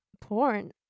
porn